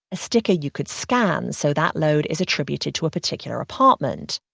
a sticker you could scan so that load is attributed to a particular apartment.